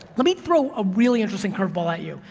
let me throw a really interesting curveball at you.